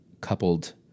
coupled